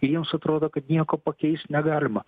ir jiems atrodo kad nieko pakeist negalima